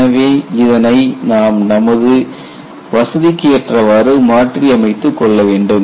எனவே இதனை நாம் நமது வசதிக்கு ஏற்றவாறு மாற்றி அமைத்துக்கொள்ள வேண்டும்